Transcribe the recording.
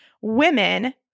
women